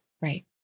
Right